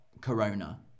Corona